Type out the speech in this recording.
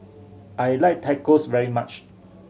I like Tacos very much